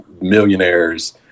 millionaires